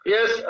Yes